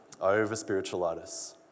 Over-spiritualitis